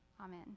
amen